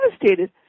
devastated